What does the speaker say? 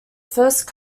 first